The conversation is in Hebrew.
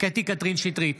קטי קטרין שטרית,